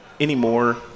Anymore